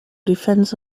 defense